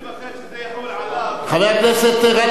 חבר הכנסת גאלב מג'אדלה,